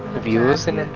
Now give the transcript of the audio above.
of us and